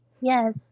Yes